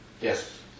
Yes